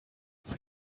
für